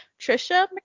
Trisha